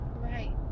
Right